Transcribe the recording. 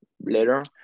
later